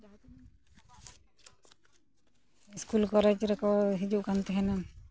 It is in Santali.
ᱤᱥᱠᱩᱞ ᱠᱚᱞᱮᱡᱽ ᱨᱮᱠᱚ ᱦᱤᱡᱩᱜ ᱠᱟᱱ ᱛᱟᱦᱮᱱᱟ